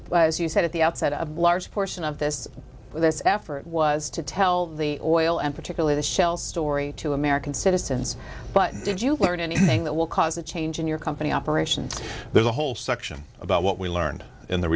was you said at the outset a large portion of this this effort was to tell the oil and particularly the shell story to american citizens but did you learn anything that will cause a change in your company operations there's a whole section about what we learned in the